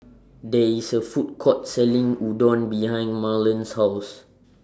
There IS A Food Court Selling Udon behind Marland's House